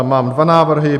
Mám dva návrhy.